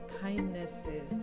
kindnesses